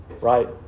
right